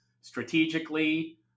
strategically